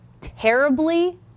terribly